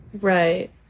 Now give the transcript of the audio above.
Right